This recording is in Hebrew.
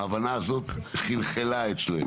ההבנה הזאת חלחלה אצלם.